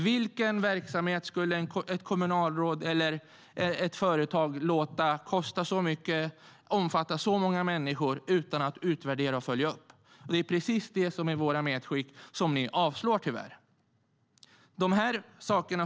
Vilken verksamhet skulle ett kommunalråd eller ett företag låta kosta så mycket och omfatta så många människor utan att utvärdera och följa upp? Det är precis detta som är våra medskick som ni tyvärr avslår.